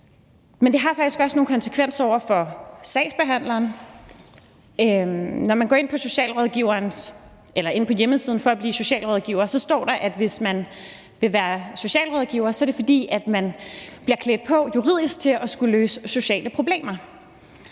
Men det har faktisk også nogle konsekvenser for sagsbehandleren. Når man går ind på hjemmesiden, som handler om at blive socialrådgiver, står der, at man som socialrådgiver bliver klædt på juridisk til at skulle løse sociale problemer.